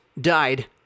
died